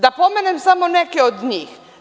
Da pomenem samo neke od njih.